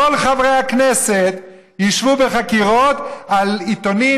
כל חברי הכנסת ישבו בחקירות על עיתונים